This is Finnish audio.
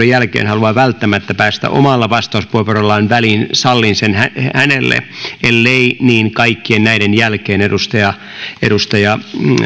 jälkeen haluaa välttämättä päästä omalla vastauspuheenvuorollaan väliin sallin sen hänelle ja ellei niin kaikkien näiden jälkeen edustaja edustaja